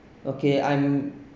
okay I'm